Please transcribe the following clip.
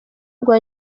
rwa